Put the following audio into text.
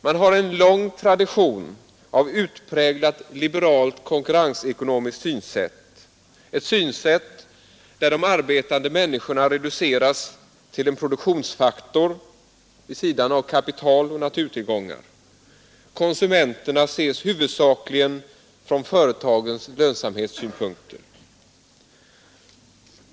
Man har där en lång tradition av utpräglat liberalt konkurrensekonomiskt synsätt, där de arbetande människorna reduceras till en produktionsfaktor vid sidan av kapital och naturtillgångar. Konsumenterna ses huvudsakligen från företagens lönsamhetssynpunkter.